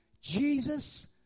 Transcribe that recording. Jesus